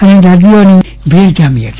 અને દર્દીઓની ભીડ જામી હતી